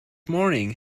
morning